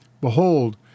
Behold